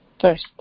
first